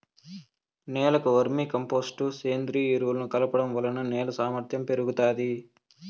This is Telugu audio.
నేలకు వర్మీ కంపోస్టు, సేంద్రీయ ఎరువులను కలపడం వలన నేల సామర్ధ్యం పెరుగుతాది